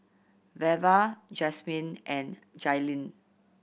Velva Jasmin and Jailyn